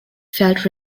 felt